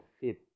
fit